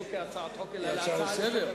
לא כהצעת חוק אלא להצעה לסדר.